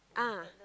ah